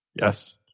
Yes